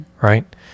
right